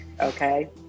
okay